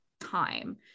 time